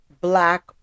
black